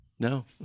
No